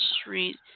Street